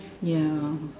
ya